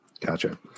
Gotcha